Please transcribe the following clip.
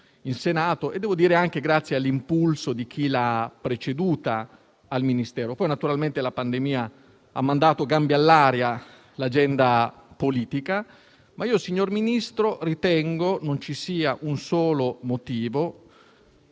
in Senato e anche grazie all'impulso di chi l'ha preceduta al Ministero. Poi, naturalmente, la pandemia ha mandato a gambe all'aria l'agenda politica. Tuttavia, signor Ministro, ritengo non vi sia un solo motivo